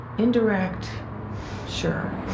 indirect sure,